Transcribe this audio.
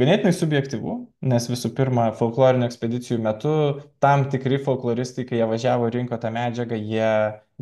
ganėtinai subjektyvu nes visų pirma folklorinių ekspedicijų metu tam tikri folkloristikai kai jie važiavo rinko tą medžiagą jie